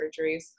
surgeries